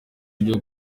ibyo